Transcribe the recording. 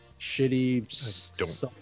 shitty